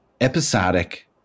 episodic